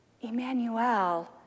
Emmanuel